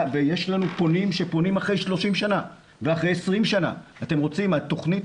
ויש לנו פונים שפונים אחרי 30 ו-20 שנה התוכנית